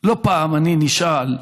לא פעם אני נשאל: